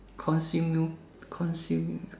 consume you consume